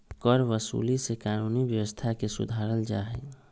करवसूली से कानूनी व्यवस्था के सुधारल जाहई